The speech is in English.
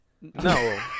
No